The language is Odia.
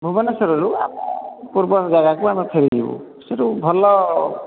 ଭୁବନେଶ୍ୱରରୁ ଆମେ ପୂର୍ବ ଜାଗାକୁ ଆମେ ଫେରିଯିବୁ ସେଇଠୁ ଭଲ